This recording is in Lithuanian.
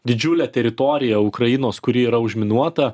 didžiulę teritoriją ukrainos kuri yra užminuota